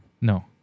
No